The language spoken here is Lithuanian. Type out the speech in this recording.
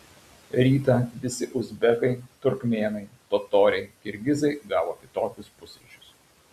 rytą visi uzbekai turkmėnai totoriai kirgizai gavo kitokius pusryčius